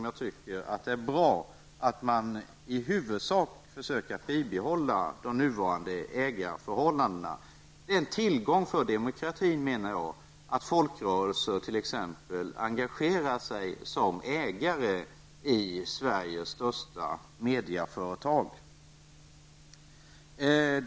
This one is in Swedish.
Jag tycker också det är bra att man försöker bevara i huvudsak de nuvarande ägarförhållandena. Det är en tillgång för demokratin, menar jag, att t.ex. folkrörelser engagerar sig som ägare i Sveriges största medieföretag.